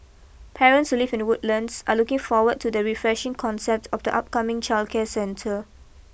parents who live in Woodlands are looking forward to the refreshing concept of the upcoming childcare centre